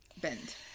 bend